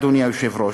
אדוני היושב-ראש.